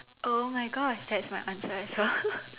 oh my gosh that's my answer as well